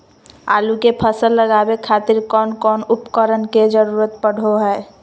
आलू के फसल लगावे खातिर कौन कौन उपकरण के जरूरत पढ़ो हाय?